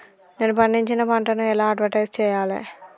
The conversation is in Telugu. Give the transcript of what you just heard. నేను పండించిన పంటను ఎలా అడ్వటైస్ చెయ్యాలే?